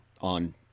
on